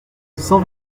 cent